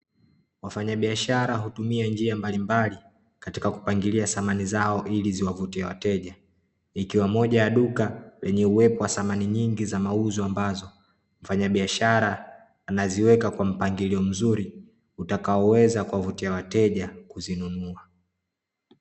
Wafanyabiashara hutumia njia mbalimbali katika kupangilia samani zao ili ziwavutie wateja. Ikiwa moja ya duka lenye uwepo wa samani nyingi za mauzo ambazo mfanyabiashara anaziweka kwa mpangilio mzuri utakaoweza kuwavutia wateja kuzinunua.